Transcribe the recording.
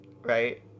right